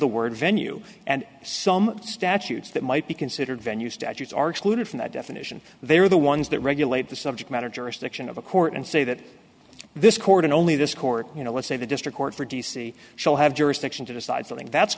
the word venue and some statutes that might be considered venue statutes are excluded from that definition they're the ones that regulate the subject matter jurisdiction of a court and say that this court only this court you know let's say the district court for d c shall have jurisdiction to decide something that's